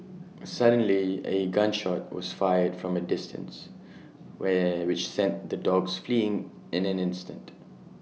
suddenly A gun shot was fired from A distance where which sent the dogs fleeing in an instant